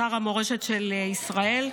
שר המורשת של ישראל,